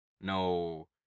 no